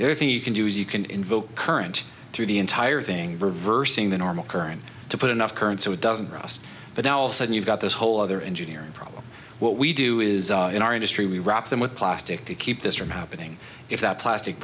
everything you can do is you can invoke current through the entire thing reversing the normal current to put enough current so it doesn't cross but also and you've got this whole other engineering problem what we do is in our industry we wrap them with plastic to keep this from happening if that plastic